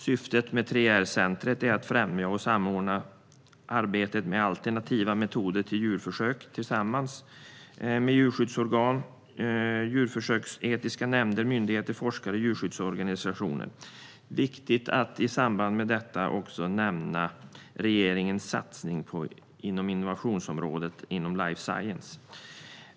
Syftet med 3R-centret är att främja och samordna arbetet med alternativa metoder till djurförsök tillsammans med djurskyddsorgan, djurförsöksetiska nämnder, myndigheter, forskare och djurskyddsorganisationer. Det är viktigt att i samband med detta nämna regeringens innovationssatsning inom life science.